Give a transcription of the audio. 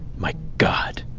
my god,